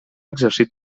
exercit